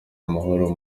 amahoro